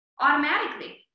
automatically